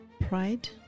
Pride